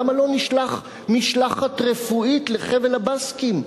למה לא נשלח משלחת רפואית לחבל הבסקים?